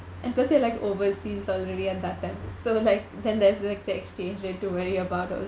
and per se like overseas already at that time so like then there's like taxation to worry about also